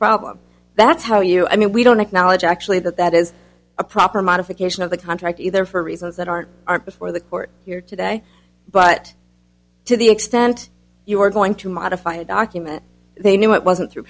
problem that's how you i mean we don't acknowledge actually that that is a proper modification of the contract either for reasons that aren't aren't before the court here today but to the extent you were going to modify a document they knew it wasn't through